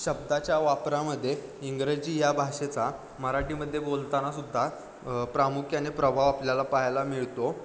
शब्दाच्या वापरामध्ये इंग्रजी या भाषेचा मराठीमध्ये बोलताना सुद्धा प्रामुख्याने प्रभाव आपल्याला पाहायला मिळतो